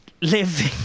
Living